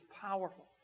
powerful